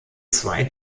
zwei